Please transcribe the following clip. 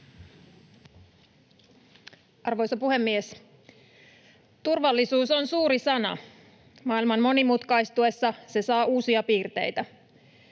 Arvoisa puhemies! Turvallisuus on suuri sana. Maailman monimutkaistuessa se saa uusia piirteitä.